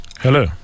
Hello